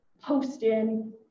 posting